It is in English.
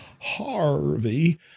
Harvey